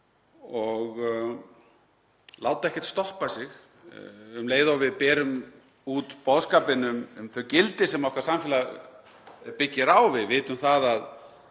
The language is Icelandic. og láta ekkert stoppa sig um leið og við berum út boðskapinn um þau gildi sem samfélag okkar byggir á. Við vitum að við